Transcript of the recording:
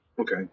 Okay